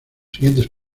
siguientes